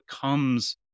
comes